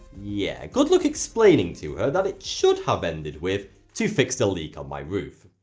yeah, good luck explaining to her that it should have ended with to fix the leak on my roof.